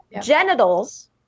genitals